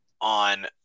on